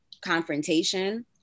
confrontation